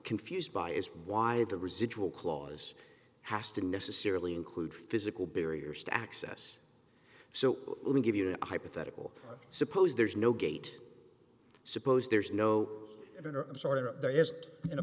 confused by is why the residual clause has to necessarily include physical barriers to access so let me give you a hypothetical suppose there's no gate i suppose there's no